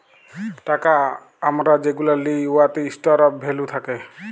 টাকা আমরা যেগুলা লিই উয়াতে ইস্টর অফ ভ্যালু থ্যাকে